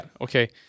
okay